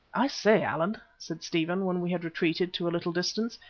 i say, allan, said stephen, when we had retreated to a little distance,